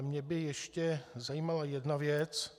Mě by ještě zajímala jedna věc.